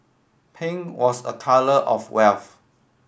pink was a colour of wealth